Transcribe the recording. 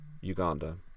Uganda